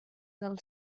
del